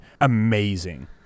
amazing